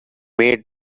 made